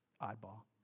Eyeball